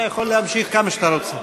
אתה יכול להמשיך כמה שאתה רוצה.